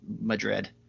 Madrid